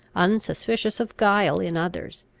unsuspicious of guile in others,